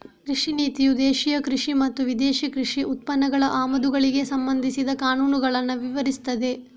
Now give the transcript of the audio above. ಕೃಷಿ ನೀತಿಯು ದೇಶೀಯ ಕೃಷಿ ಮತ್ತು ವಿದೇಶಿ ಕೃಷಿ ಉತ್ಪನ್ನಗಳ ಆಮದುಗಳಿಗೆ ಸಂಬಂಧಿಸಿದ ಕಾನೂನುಗಳನ್ನ ವಿವರಿಸ್ತದೆ